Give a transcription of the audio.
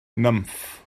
nymff